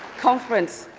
conference,